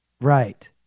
Right